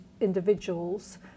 individuals